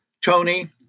Tony